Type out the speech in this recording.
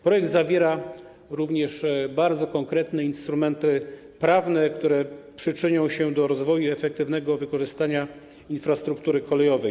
Projekt zawiera również bardzo konkretne instrumenty prawne, które przyczynią się do rozwoju i efektywnego wykorzystania infrastruktury kolejowej.